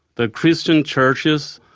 the christian churches,